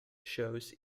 shows